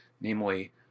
namely